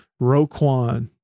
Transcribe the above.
Roquan